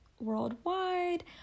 worldwide